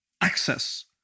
access